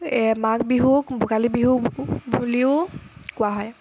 মাঘ বিহুক ভোগালী বিহু বুলিও কোৱা হয়